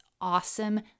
awesome